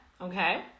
okay